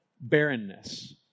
barrenness